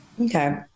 okay